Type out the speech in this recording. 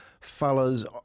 fellas